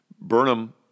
Burnham